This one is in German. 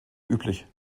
üblich